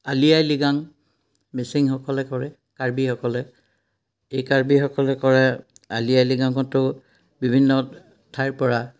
আলি আই লৃগাং মিচিংসকলে কৰে কাৰ্বিসকলে এই কাৰ্বিসকলে কৰে আলি আই লৃগাংঙতো বিভিন্ন ঠাইৰপৰা